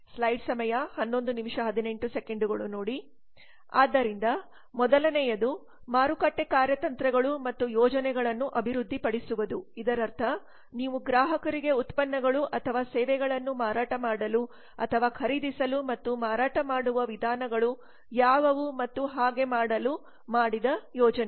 ಆದ್ದರಿಂದ ಮೊದಲನೆಯದು ಮಾರುಕಟ್ಟೆ ಕಾರ್ಯತಂತ್ರಗಳು ಮತ್ತು ಯೋಜನೆಗಳನ್ನು ಅಭಿವೃದ್ಧಿಪಡಿಸುವುದು ಇದರರ್ಥ ನೀವು ಗ್ರಾಹಕರಿಗೆ ಉತ್ಪನ್ನಗಳು ಅಥವಾ ಸೇವೆಗಳನ್ನು ಮಾರಾಟ ಮಾಡಲು ಅಥವಾ ಖರೀದಿಸಲು ಮತ್ತು ಮಾರಾಟ ಮಾಡುವ ವಿಧಾನಗಳು ಯಾವುವು ಮತ್ತು ಹಾಗೆ ಮಾಡಲು ಮಾಡಿದ ಯೋಜನೆಗಳು